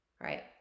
right